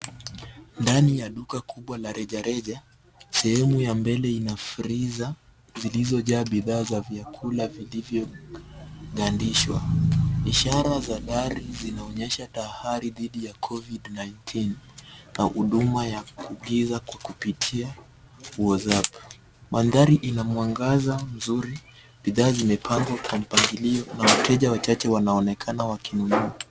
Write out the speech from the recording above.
Ndani ya duka kubwa la reja reja ,sehemu ya mbele ina freezer ,zilizojazaa bidhaa za vyakula vilivyo gandishwa. Ishara za dari zinaonyesha tahari dhidi ya COVID 19.Kwa huduma ya kuagiza kwa kupitia kwa WhatsApp. Mandhari ina mwangaza mzuri, bidhaa zimepangwa kwa mpangilio na wateja wachache wanaonekana wakinunua.